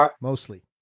mostly